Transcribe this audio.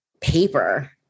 paper